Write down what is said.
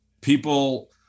people